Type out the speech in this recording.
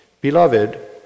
beloved